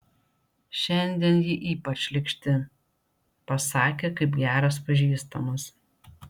šiandien ji ypač šlykšti pasakė kaip geras pažįstamas